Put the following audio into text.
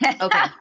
Okay